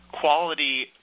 quality